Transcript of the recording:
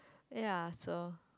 yeah so